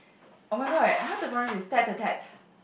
oh-my-god how to pronounce this tat tat tat